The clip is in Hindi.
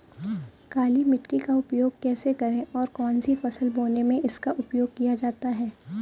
काली मिट्टी का उपयोग कैसे करें और कौन सी फसल बोने में इसका उपयोग किया जाता है?